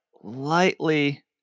lightly